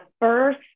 first